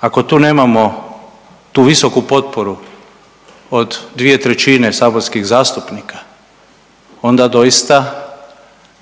ako tu nemamo tu visoku potporu od 2/3 saborskih zastupnika onda doista